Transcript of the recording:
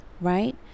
right